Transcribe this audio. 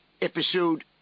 Episode